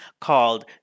called